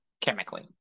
chemically